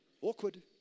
Awkward